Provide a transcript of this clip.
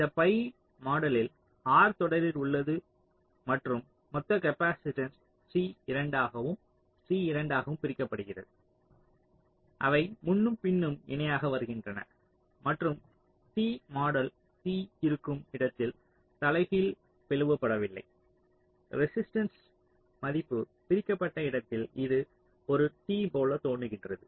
இந்த பை மாடலில் R தொடரில் உள்ளது மற்றும் மொத்த காப்பாசிட்டன்ஸ் C 2 ஆகவும் C 2 ஆகவும் பிரிக்கப்படுகிறது அவை முன்னும் பின்னும் இணையாக வருகின்றன மற்றும் T மாடல் C இருக்கும் இடத்தில் தலைகீழ் பிளவுபடவில்லை ரெசிஸ்ட்டன்ஸ் மதிப்பு பிரிக்கப்பட்ட இடத்தில் இது ஒரு T போல தோன்றுகிறது